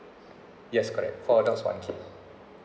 yes correct four adults one kid